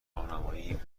راهنماییم